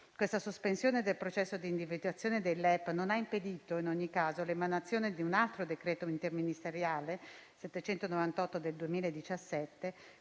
Questa sospensione del processo di individuazione dei LEP non ha impedito, in ogni caso, l'emanazione di un altro decreto interministeriale, il n. 798 del 2017,